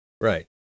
Right